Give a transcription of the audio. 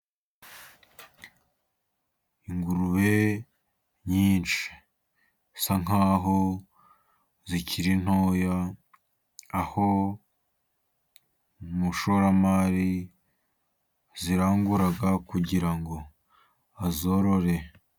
Ingurube nyinshi zisa nk'aho zikiri ntoya, aho umushoramari azirangura kugira ngo azorore.